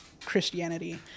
Christianity